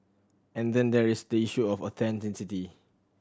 and then there is the issue of authenticity